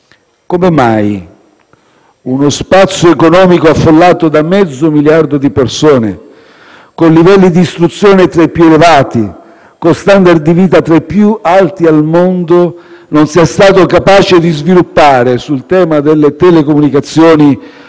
come mai uno spazio economico affollato da mezzo miliardo di persone, con livelli di istruzione tra i più elevati, con *standard* di vita tra i più alti al mondo, non sia stato capace di sviluppare sul tema delle telecomunicazioni